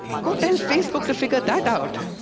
go tell facebook to figure that out!